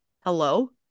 hello